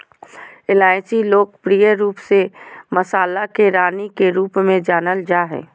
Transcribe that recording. इलायची लोकप्रिय रूप से मसाला के रानी के रूप में जानल जा हइ